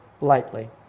lightly